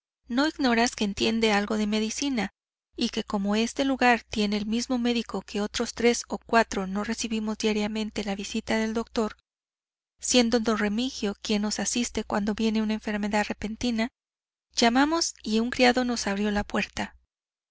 no ignoras que entiende algo de medicina y que como este lugar tiene el mismo médico que otros tres o cuatro no recibimos diariamente la visita del doctor siendo don remigio quien nos asiste cuando viene una enfermedad repentina llamamos y un criado nos abrió la puerta